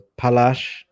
Palash